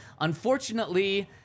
unfortunately